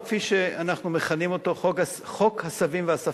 או כפי שאנחנו מכנים אותו: חוק הסבים והסבתות.